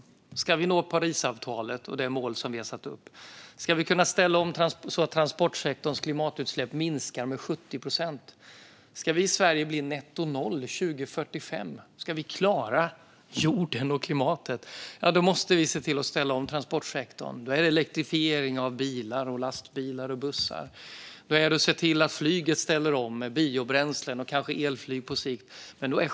Det handlar om att vi ska följa Parisavtalet och nå de mål som vi har satt upp och kunna ställa om så att transportsektorns klimatutsläpp minskar med 70 procent. Ska vi i Sverige nå nettonoll år 2045 och klara jorden och klimatet måste vi se till att ställa om transportsektorn. Det handlar om elektrifiering av bilar, lastbilar och bussar. Det gäller att se till att flyget ställer om med biobränslen och kanske elflyg på sikt.